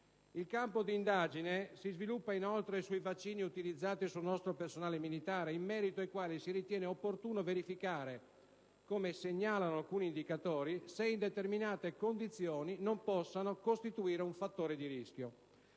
Il campo di indagine si sviluppa inoltre sui vaccini utilizzati sul nostro personale militare, in merito ai quali si ritiene opportuno verificare, come segnalano alcuni indicatori, se in determinate condizioni non possano costituire un fattore di rischio.